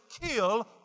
kill